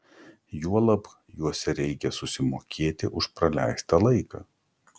juolab juose reikia susimokėti už praleistą laiką